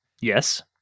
yes